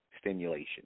stimulation